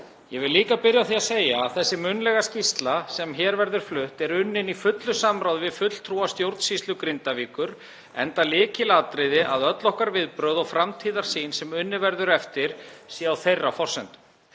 Ég vil líka byrja á því að segja að þessi munnlega skýrsla sem hér verður flutt er unnin í fullu samráði við fulltrúa stjórnsýslu Grindavíkur, enda lykilatriði að öll okkar viðbrögð og framtíðarsýn sem unnið verður eftir sé á þeirra forsendum.